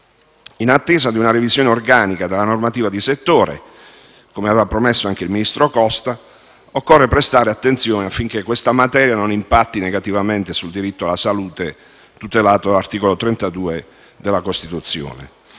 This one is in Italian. in attesa di una revisione organica della normativa di settore - come aveva promesso anche il ministro Costa - occorre prestare attenzione affinché questa materia non impatti negativamente sul diritto alla salute tutelato dall'articolo 32 della Costituzione.